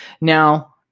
Now